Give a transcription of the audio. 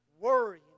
worry